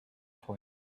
point